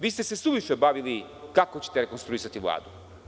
Vi ste se suviše bavili kako ćete rekonstruisati Vladu.